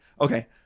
Okay